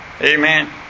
Amen